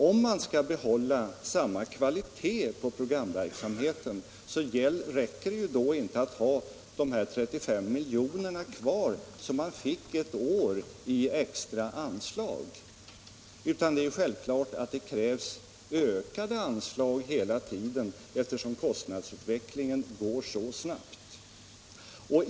Om man vill behålla samma kvalitet på programverksamheten räcker det då inte att ha kvar de 35 miljonerna som man fick ett år i extra anslag, utan det är självklart att det krävs ökade anslag hela tiden, eftersom kostnadsutvecklingen är snabb.